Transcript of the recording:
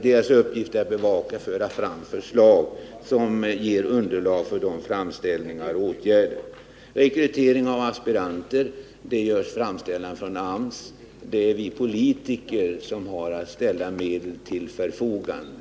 Deras uppgift är att bevaka ärendena och föra fram förslag, som ger underlag för framställningar och åtgärder. AMS gör framställningar om rekrytering av aspiranter till verket. Vi politiker har att ställa medel till förfogande.